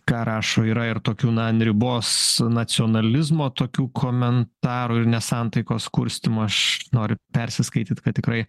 ką rašo yra ir tokių na ant ribos nacionalizmo tokių komentarų ir nesantaikos kurstymo aš noriu persiskaityt kad tikrai